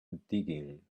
digging